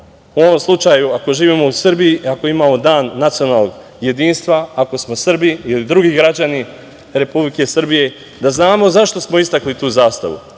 u ovom slučaju, ako živimo u Srbiji, ako imamo Dan nacionalnog jedinstva, ako smo Srbi ili drugi građani Republike Srbije, da znamo zašto smo istakli tu zastavu